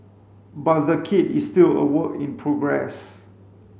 but the kit is still a work in progress